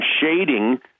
shading